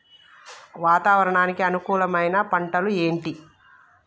వాతావరణానికి అనుకూలమైన పంటలు ఏంటి?